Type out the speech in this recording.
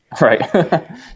Right